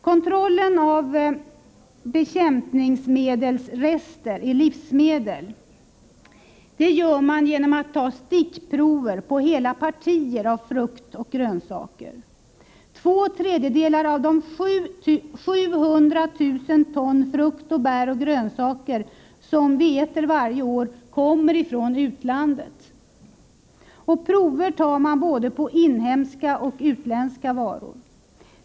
Kontrollen av bekämpningsmedelsrester i livsmedel sker genom stickprover på hela partier frukt och grönsaker. Två tredjedelar av de 700 000 ton frukt, bär och grönsaker som vi äter varje år kommer från utlandet. Prover tas både på inhemska och utländska varor.